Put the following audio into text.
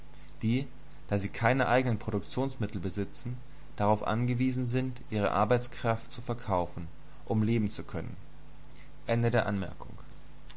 die da sie keine eigenen produktionsmittel besitzen darauf angewiesen sind ihre arbeitskraft zu verkaufen um leben zu können